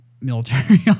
military